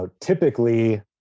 typically